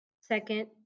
Second